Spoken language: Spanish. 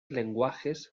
lenguajes